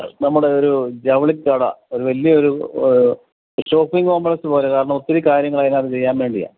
നമ്മുടെ ഒരു ജൗളിക്കട ഒരു വലിയൊരു ഷോപ്പിംഗ് കോംപ്ലക്സ് പോലെ കാരണം ഒത്തിരി കാര്യങ്ങള് അതിനകത്ത് ചെയ്യാൻ വേണ്ടിയാണ്